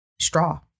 straw